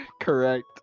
correct